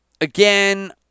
Again